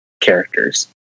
characters